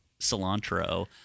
cilantro